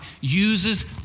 uses